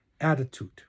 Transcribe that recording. attitude